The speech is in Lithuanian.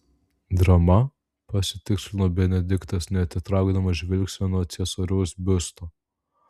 drama pasitikslino benediktas neatitraukdamas žvilgsnio nuo ciesoriaus biusto